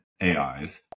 AIs